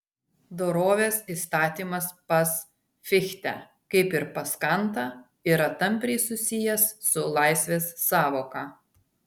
dorovės įstatymas pas fichtę kaip ir pas kantą yra tampriai susijęs su laisvės sąvoka